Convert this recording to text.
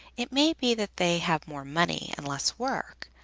it may be that they have more money and less work,